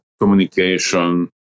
communication